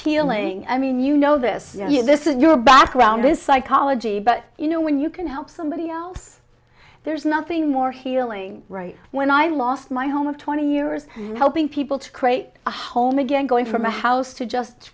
healing i mean you know this is this is your background in psychology but you know when you can help somebody else there's nothing more healing right when i lost my home of twenty years helping people to create a home again going from a house to